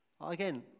Again